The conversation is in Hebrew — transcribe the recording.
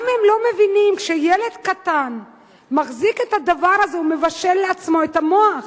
למה הם לא מבינים שכשילד קטן מחזיק את הדבר הזה הוא מבשל לעצמו את המוח?